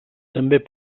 també